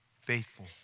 faithful